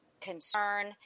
concern